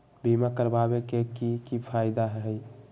बीमा करबाबे के कि कि फायदा हई?